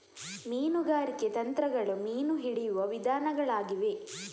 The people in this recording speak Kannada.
ಮೀನುಗಾರಿಕೆ ತಂತ್ರಗಳು ಮೀನು ಹಿಡಿಯುವ ವಿಧಾನಗಳಾಗಿವೆ